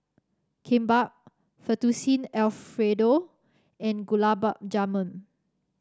Kimbap Fettuccine Alfredo and Gulab Jamun